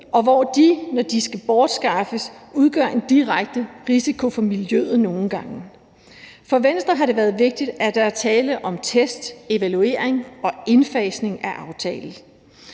og hvor de, når de skal bortskaffes, nogle gange udgør en direkte risiko for miljøet. For Venstre har det været vigtigt, at der er tale om test, evaluering og indfasning af aftalen,